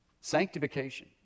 sanctification